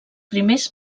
primers